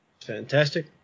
Fantastic